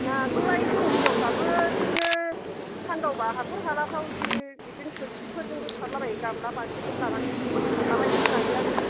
नाखौलाय जों हिनजावफ्राबो बिदिनो सानदावबा हाखर हालाफ्राव बिदिनो थोरसि फोरजोंबो सारला बायो गामला बालथिंफोर लानानै एसे एनै सारला बायनानै जायो आरो